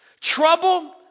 Trouble